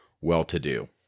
well-to-do